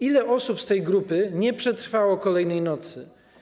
Ile osób z tej grupy nie przetrwało kolejnej nocy?